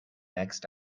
next